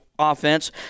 offense